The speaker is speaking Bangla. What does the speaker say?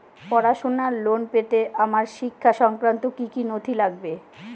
পড়াশুনোর লোন পেতে আমার শিক্ষা সংক্রান্ত কি কি নথি লাগবে?